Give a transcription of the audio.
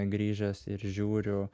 grįžęs ir žiūriu